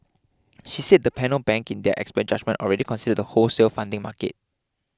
she said the panel bank in their expert judgement already consider the wholesale funding market